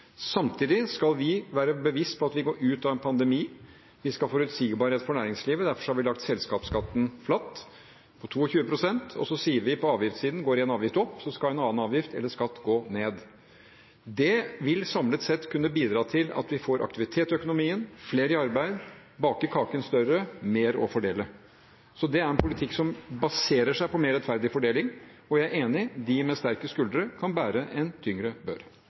Samtidig skal vi være bevisste på at vi går ut av en pandemi. Vi skal ha forutsigbarhet for næringslivet, og derfor har vi lagt selskapsskatten flatt på 22 pst. På avgiftssiden sier vi at går en avgift opp, skal en annen avgift eller skatt gå ned. Det vil samlet sett kunne bidra til at vi får aktivitet i økonomien, flere i arbeid, bake kaken større, mer å fordele. Det er en politikk som baserer seg på mer rettferdig fordeling, og jeg er enig i at de med sterkest skuldre kan bære en tyngre bør.